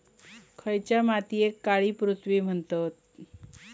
खयच्या मातीयेक काळी पृथ्वी म्हणतत?